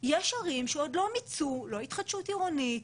יש ערים שעוד לא מיצו לא התחדשות עירונית,